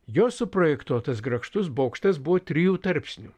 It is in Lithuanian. jo suprojektuotas grakštus bokštas buvo trijų tarpsnių